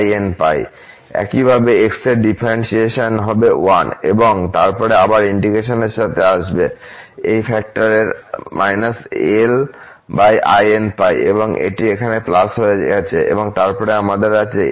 একইভাবে x এর differentiation হবে 1 এবং তারপরে আবার এই ইন্টিগ্রেশনটি সাথে আসবে এই ফ্যাক্টরের-linπ এবং তাই এটি এখানে হয়ে গেছে এবং তারপরে আমাদের আছে